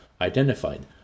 identified